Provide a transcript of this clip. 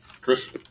Chris